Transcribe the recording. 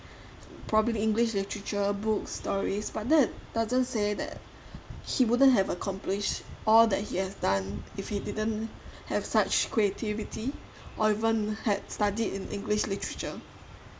probably english literature books stories but that doesn't say that he wouldn't have accomplished all that he has done if he didn't have such creativity or even had studied in english literature